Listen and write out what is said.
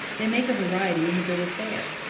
they make a variety in the bill of fare.